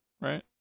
right